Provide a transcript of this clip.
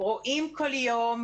רואים בכל יום,